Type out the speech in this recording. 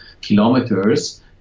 kilometers